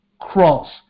cross